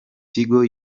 tigo